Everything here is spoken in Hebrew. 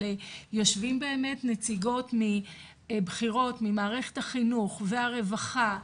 אבל יושבים באמת נציגות בכירות ממערכת החינוך והרווחה,